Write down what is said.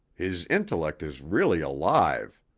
his intellect is really alive.